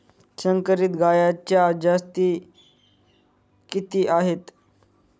संकरित गायीच्या जाती किती आहेत?